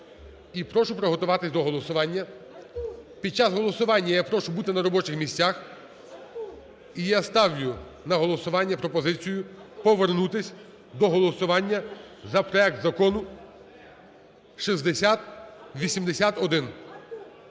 і прошу приготуватися до голосування. Під час голосування я прошу бути на робочих місцях. І я ставлю на голосування пропозицію повернутися до голосування за проект закону 6081.